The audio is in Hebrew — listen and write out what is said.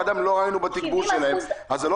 לא ראינו שתגברתם את כוח האדם ולכן זה לא